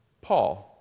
Paul